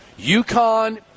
UConn